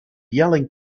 yelling